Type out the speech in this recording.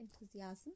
enthusiasm